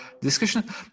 discussion